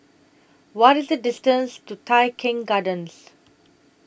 What IS The distance to Tai Keng Gardens